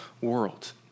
world